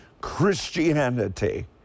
Christianity